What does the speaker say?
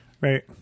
Right